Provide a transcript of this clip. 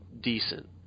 decent